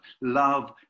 Love